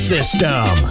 System